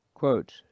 Quote